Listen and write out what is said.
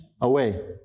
away